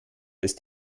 ist